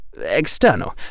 external